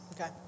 Okay